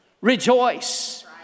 rejoice